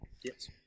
yes